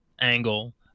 angle